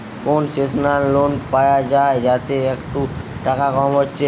concessional loan পায়া যায় যাতে একটু টাকা কম হচ্ছে